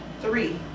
three